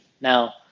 Now